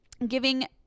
giving